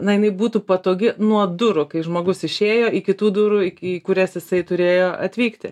na jinai būtų patogi nuo durų kai žmogus išėjo iki tų durų į kurias jisai turėjo atvykti